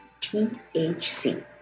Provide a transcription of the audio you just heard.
THC